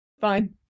Fine